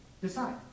Decide